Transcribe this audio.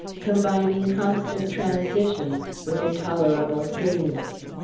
combining constant transition with intolerable sameness.